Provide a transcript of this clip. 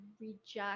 reject